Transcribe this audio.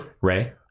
Ray